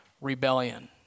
rebellion